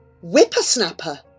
Whippersnapper